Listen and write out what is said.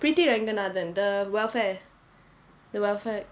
preeti ranganathan the welfare the welfare